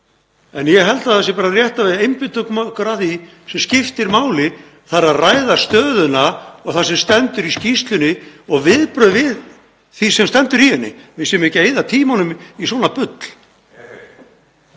En ég held að það sé bara rétt að við einbeitum okkur að því sem skiptir máli, þ.e. að ræða stöðuna og það sem stendur í skýrslunni og viðbrögð við því sem stendur í henni. Að við séum ekki að eyða tímanum í svona bull.